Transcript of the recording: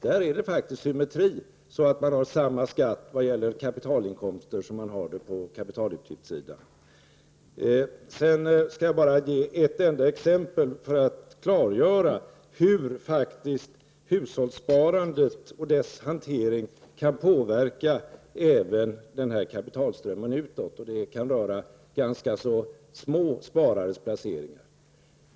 Där är det faktiskt fråga om symmetri, man har samma skatt för kapitalinkomster som för kapitalutgifter. Jag skall sedan ge ett enda exempel för att klargöra hur hushållssparandet och dess hantering faktiskt kan påverka även kapitalströmmen utåt, något som kan röra ganska små sparares placeringar.